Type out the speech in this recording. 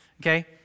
Okay